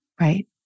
Right